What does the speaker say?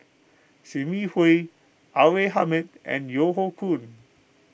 Sim Yi Hui R A Hamid and Yeo Hoe Koon